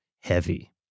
heavy